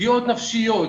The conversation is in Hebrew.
פגיעות נפשיות,